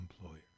employer